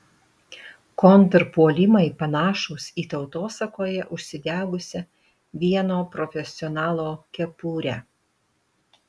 kontrpuolimai panašūs į tautosakoje užsidegusią vieno profesionalo kepurę